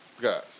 Guys